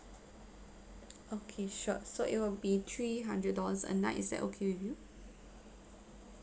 okay sure so it will be three hundred dollars a night is that okay with you